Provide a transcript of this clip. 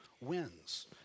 wins